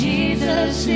Jesus